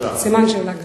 סימן שאלה גדול.